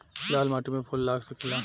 लाल माटी में फूल लाग सकेला?